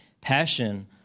passion